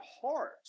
heart